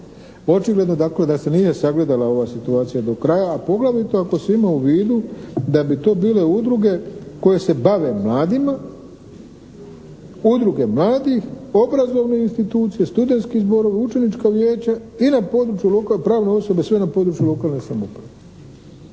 Očigledno dakle da se nije sagledala ova situacija do kraja, a poglavito ako se ima u vidu da bi to bile udruge koje se bave mladima, udruge mladih, obrazovne institucije, studentski zborovi, učenička vijeća i na području pravne osobe sve na području lokalne samouprave.